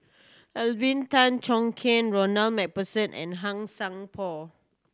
Alvin Tan Cheong Kheng Ronald Macpherson and Han Sai Por